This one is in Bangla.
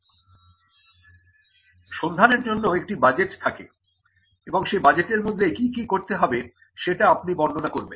সুতরাং সন্ধানের জন্য একটি বাজেট থাকে এবং সেই বাজেটের মধ্যে কি কি করতে হবে সেটা আপনি বর্ণনা করবেন